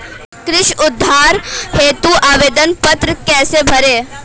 कृषि उधार हेतु आवेदन पत्र कैसे भरें?